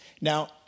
Now